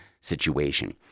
situation